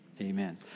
amen